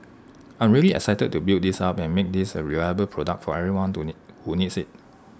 I'm really excited to build this up and make this A reliable product for everyone to need who needs IT